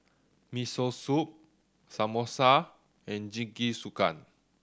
Miso Soup Samosa and Jingisukan